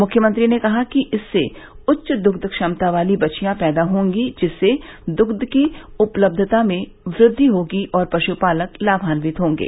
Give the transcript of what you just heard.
मुख्यमंत्री ने कहा कि इससे उच्च द्ग्ध क्षमता वाली बछिया पैदा होंगी जिससे दुग्ध की उपलब्धता में वृद्धि होगी और पशुपालक लाभान्वित होंगे